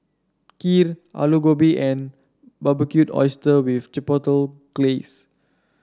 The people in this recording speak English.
Kheer Alu Gobi and Barbecued Oysters with Chipotle Glaze